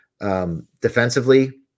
defensively